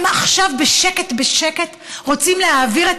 הם עכשיו בשקט בשקט רוצים להעביר את